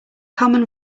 common